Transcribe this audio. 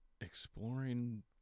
exploring